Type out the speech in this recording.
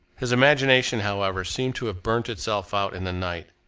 his imagination, however, seemed to have burnt itself out in the night.